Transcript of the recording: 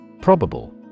Probable